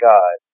God